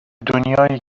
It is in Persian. دنیایی